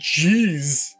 Jeez